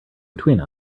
between